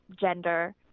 gender